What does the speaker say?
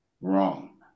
wrong